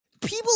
People